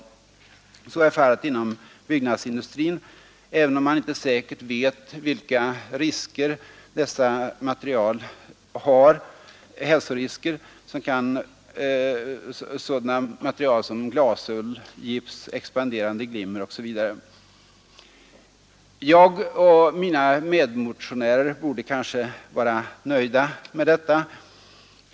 Så är fallet inom byggnadsindustrin, även om man inte säkert vet vilka hälsorisker som kan vara förknippade med sådana ersättningsprodukter som glasull, gips, expanderande glimmer osv. Jag och mina medmotionärer borde kanske vara nöjda med detta.